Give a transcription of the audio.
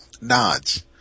nods